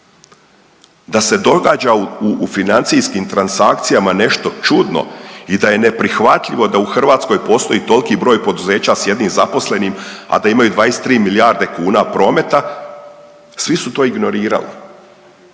da se događa u financijskim transakcijama nešto čudno i da je neprihvatljivo da u Hrvatskoj postoji toliki broj poduzeća sa jednim zaposlenim, a da imaju 23 milijarde kuna prometa svi su to ignorirali.